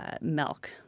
milk